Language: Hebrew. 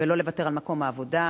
ולא לוותר על מקום העבודה.